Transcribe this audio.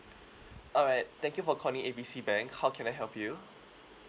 alright thank you for calling A B C bank how can I help you